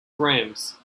grams